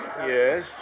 Yes